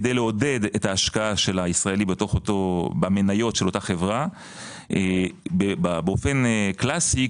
כדי לעודד את השקעת הישראלי במניות של אותה חברה באופן קלאסי,